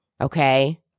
okay